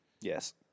Yes